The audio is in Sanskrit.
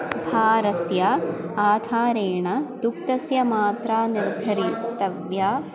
उपाहरस्य आधारेण दुग्धस्य मात्रा निर्धारितव्या